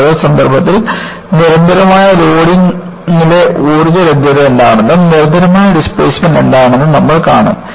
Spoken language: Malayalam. കൂടാതെ സന്ദർഭത്തിൽ നിരന്തരമായ ലോഡിലെ ഊർജ്ജ ലഭ്യത എന്താണെന്നും നിരന്തരമായ ഡിസ്പ്ലേസ്മെൻറ് എന്താണെന്നും നമ്മൾ കാണും